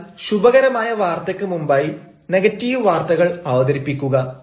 എന്നാൽ ശുഭകരമായ വാർത്തയ്ക്ക് മുമ്പായി നെഗറ്റീവ് വാർത്തകൾ അവതരിപ്പിക്കുക